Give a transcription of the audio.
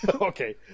Okay